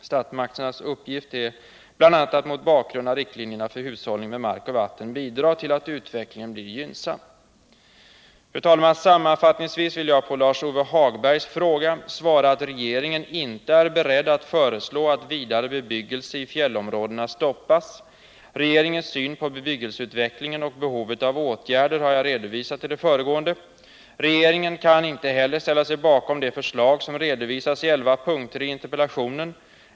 Statsmakternas uppgift är bl.a. att mot bakgrund av riktlinjerna för hushållning med mark och vatten bidra till att utvecklingen blir gynnsam. Sammanfattningsvis vill jag på Lars-Ove Hagbergs frågor svara att regeringen inte är beredd att föreslå att vidare bebyggelse i fjällområdena stoppas. Regeringens syn på bebyggelseutvecklingen och behovet av åtgärder har jag redovisat i det föregående. Regeringen kan inte heller ställa sig bakom det förslag som redovisas i 11 punkter i interpellationen.